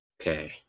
Okay